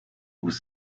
was